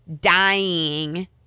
dying